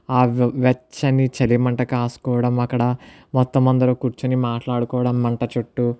వెచ్చని చలిమంట కాచుకోవడం అక్కడ మొత్తం అందరం కూర్చొని మాట్లాడుకోవడం ఆ మంట చుట్టూ